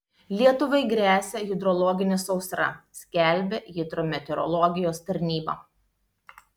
lietuvai gresia hidrologinė sausra skelbia hidrometeorologijos tarnyba